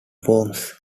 forms